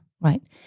right